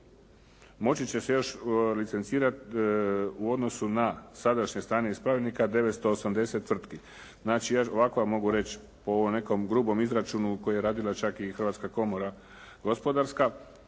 moći će se još licencirati u odnosu na sadašnje stanje iz pravilnika 980 tvrtki. Znači, ovako ja mogu reći, po ovom nekom grubom izračunu koji je radila čak i Hrvatska komora gospodarska